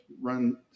run